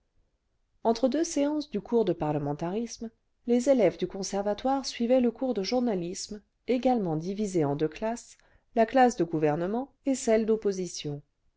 entre deux séances du cours de parlementarisme lés élèves du conservatoire suivaient le cours de j ournahsme également divisé en deux classes la classe de gouvernement et celle d'opposition